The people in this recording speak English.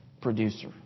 producer